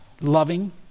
loving